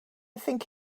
think